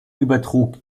übertrug